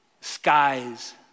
Skies